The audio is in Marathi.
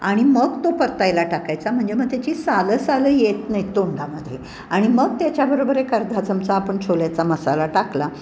आणि मग तो परतायला टाकायचा म्हणजे मग त्याची सालं सालं येत नाही तोंडामध्ये आणि मग त्याच्याबरोबर एक अर्धा चमचा आपण छोल्याचा मसाला टाकला